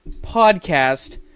podcast